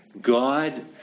God